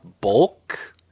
bulk